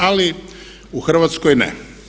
Ali u Hrvatskoj ne.